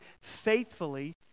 faithfully